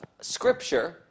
scripture